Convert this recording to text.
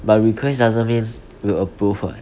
but request doesn't mean will approve [what]